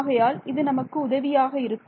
ஆகையால் இது நமக்கு உதவியாக இருக்கும்